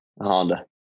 Honda